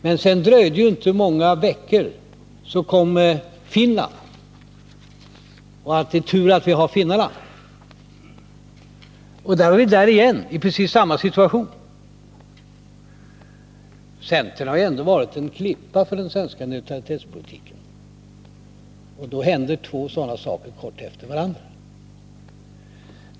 Men sedan dröjde det inte många veckor förrän uttalandet om Finland kom: Det är tur att vi har finnarna. Och då var vi där igen, i precis samma situation. Centern har ändå varit en klippa för den svenska neutralitetspolitiken, men så händer två sådana här saker kort efter varandra.